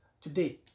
today